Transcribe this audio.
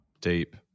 deep